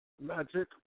Magic